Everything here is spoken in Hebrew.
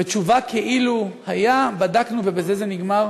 ותשובה כאילו, היה, בדקנו, ובזה זה נגמר,